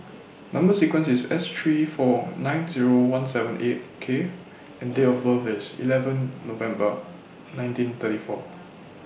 Number sequence IS S three four nine Zero one seven eight K and Date of birth IS eleven November nineteen thirty four